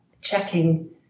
checking